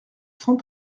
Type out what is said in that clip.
cent